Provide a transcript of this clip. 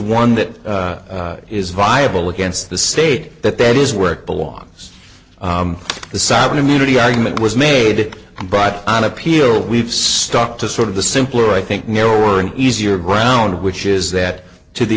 one that is viable against the state that that is where it belongs the soudan immunity argument was made but on appeal we've stuck to sort of the simpler i think narrower and easier ground which is that to the